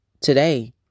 today